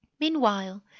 Meanwhile